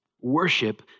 Worship